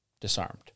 Disarmed